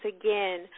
again